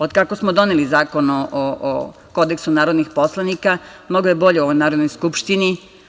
Od kako smo doneli Zakon o Kodeksu narodnih poslanika mnogo je bolje u ovoj Narodnoj skupštini.